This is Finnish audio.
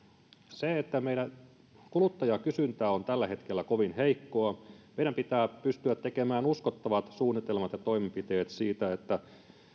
meidän kuluttajakysyntä on tällä hetkellä kovin heikkoa meidän pitää pystyä tekemään uskottavat suunnitelmat ja toimenpiteet niin että